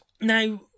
Now